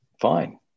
fine